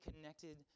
connected